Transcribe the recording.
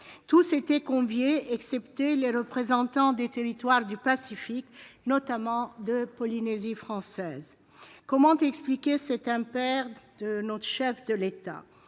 Tous étaient conviés, excepté les représentants des territoires du Pacifique, notamment de Polynésie française. Comment expliquer cet impair du chef de l'État ?